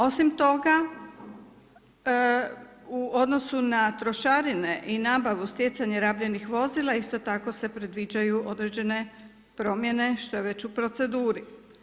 Osim toga, u odnosu na trošarine i nabavu stjecanja rabljenih vozila isto tako se predviđaju određene promjene što je već u proceduri.